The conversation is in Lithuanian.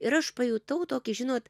ir aš pajutau tokį žinot